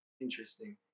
interesting